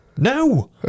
No